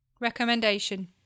Recommendation